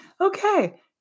okay